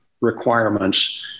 requirements